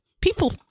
people